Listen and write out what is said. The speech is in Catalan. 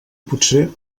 potser